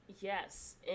Yes